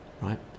right